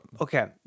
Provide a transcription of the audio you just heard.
Okay